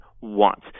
wants